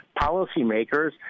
policymakers